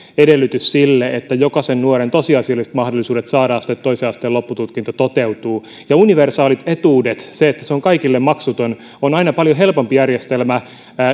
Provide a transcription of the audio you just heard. edellytys sille että jokaisen nuoren tosiasialliset mahdollisuudet saada toisen asteen loppututkinto toteutuvat universaalit etuudet se että se on kaikille maksuton on aina paljon helpompi järjestelmä